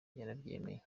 yarabyemeye